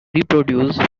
reproduced